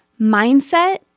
Mindset